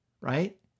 right